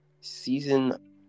Season